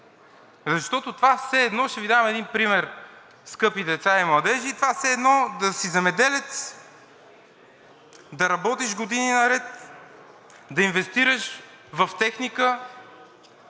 Защото това все едно – ще Ви дам един пример, скъпи деца и младежи, това е все едно да си земеделец, да работиш години наред, да инвестираш в техника,